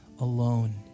alone